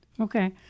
okay